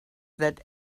that